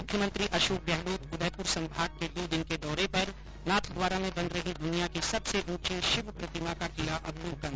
मुख्यमंत्री अशोक गहलोत उदयपुर संभाग के दो दिन के दौरे पर नाथद्वारा में बन रही दुनिया की सबसे ऊंची शिव प्रतिमा का किया अवलोकन